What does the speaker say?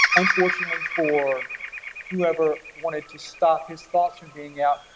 unfortunately for whoever wanted to stop his thoughts from getting out,